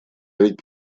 ведь